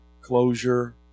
closure